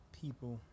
people